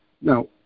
Now